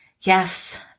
Yes